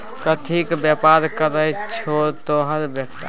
कथीक बेपार करय छौ तोहर बेटा?